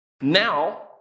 Now